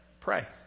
pray